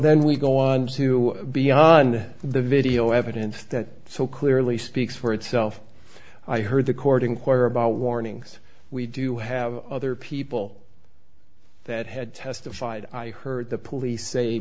then we go on to beyond the video evidence that so clearly speaks for itself i heard the court inquire about warnings we do have other people that had testified i heard the police say